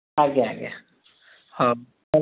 ଆଜ୍ଞା ଆଜ୍ଞା ହଉ